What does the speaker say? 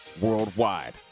worldwide